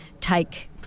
take